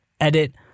Edit